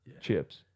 chips